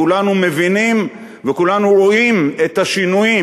כולנו מבינים וכולנו רואים את השינויים.